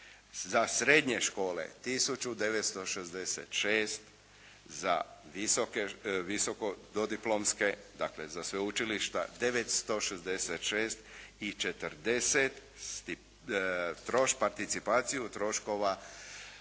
Za srednje škole 1966, za visoko dodiplomske, dakle za sveučilišta 966 i 40, participaciju troškova,